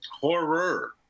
Horror